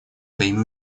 своими